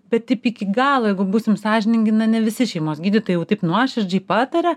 bet taip iki galo jeigu būsim sąžiningi na ne visi šeimos gydytojai jau taip nuoširdžiai pataria